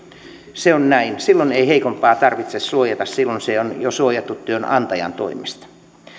se on näin silloin ei heikompaa tarvitse suojata silloin on jo suojattu työnantajan toimesta